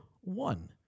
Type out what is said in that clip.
One